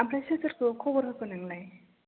ओमफ्राय सोर सोरखौ खबर होखो नोंलाय